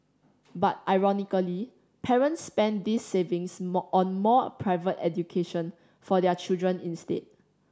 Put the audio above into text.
but ironically parents spent these savings more on more private education for their children instead